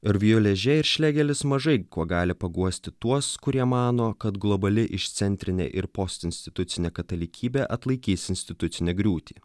ervju ležė ir šlegelis mažai kuo gali paguosti tuos kurie mano kad globali išcentrinė ir postinstitucinė katalikybė atlaikys institucinę griūtį